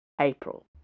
April